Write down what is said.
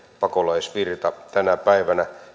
pakolaisvirtamme tänä päivänä